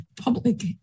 public